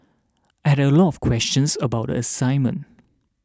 I had a lot of questions about the assignment